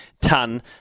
ton